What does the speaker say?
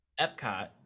epcot